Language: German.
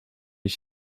ich